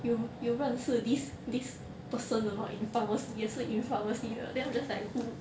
you you 认识 this this person or not in pharmacy 也是 in pharmacy 的 then I'm just like who